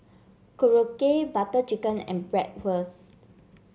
Korokke Butter Chicken and Bratwurst